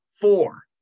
four